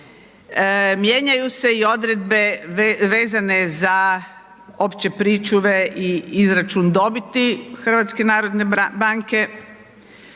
mijenjaju se i odredbe vezane za opće pričuve i izračun dobiti HNB-a,